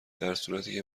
درصورتیکه